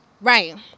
right